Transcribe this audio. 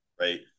right